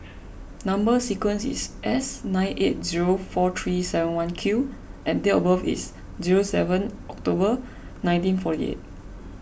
Number Sequence is S nine eight zero four three seven one Q and date of birth is zero seven October nineteen forty eight